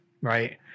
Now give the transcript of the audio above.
right